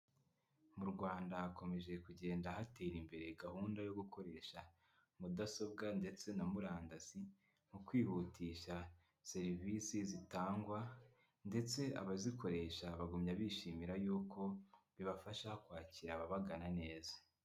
Mu Rwanda hakomeje kugenda hatera imbere gahunda yo gukoresha mudasobwa ndetse na murandasi mu kwihutisha serivisi zitangwa ndetse abazikoresha bagumya bishimira yuko bibafasha kwakira ababagana neza.